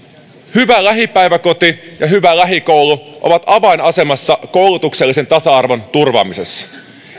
hyvä lähipäiväkoti ja lähikoulu ovat avainasemassa koulutuksellisen tasa arvon turvaamisessa